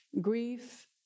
grief